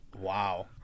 wow